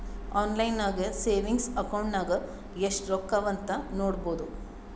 online ನಾಗೆ savings account ನಾಗ್ ಎಸ್ಟ್ ರೊಕ್ಕಾ ಅವಾ ಅಂತ್ ನೋಡ್ಬೋದು